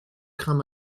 crains